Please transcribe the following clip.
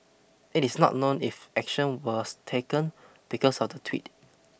it is not known if action was taken because of the tweet